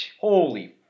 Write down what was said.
Holy